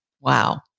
Wow